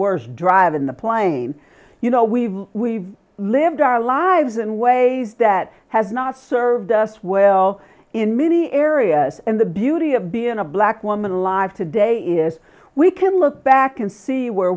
worse drive in the plane you know we've we lived our lives and ways that has not served us well in many areas and the beauty of being a black woman alive today is we can look back and see where